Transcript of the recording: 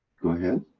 go ahead.